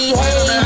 hey